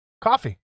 Coffee